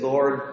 Lord